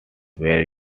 were